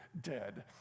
dead